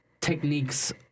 techniques